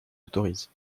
autorise